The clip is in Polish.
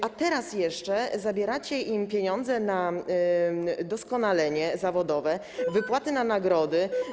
A teraz jeszcze zabieracie im pieniądze na doskonalenie zawodowe, wypłaty na nagrody.